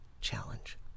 challenge